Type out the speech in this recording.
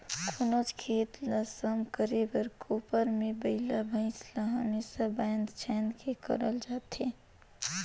कोनोच खेत ल सम करे बर कोपर मे बइला भइसा ल हमेसा बाएध छाएद के करल जाथे